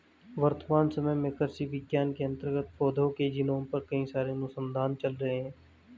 वर्तमान समय में कृषि विज्ञान के अंतर्गत पौधों के जीनोम पर कई सारे अनुसंधान चल रहे हैं